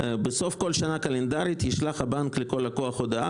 "בסוף כל שנה קלנדרית ישלח הבנק לכל לקוח הודעה,